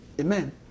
Amen